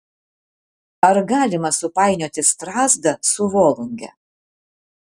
ar galima supainioti strazdą su volunge